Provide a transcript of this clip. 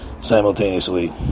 Simultaneously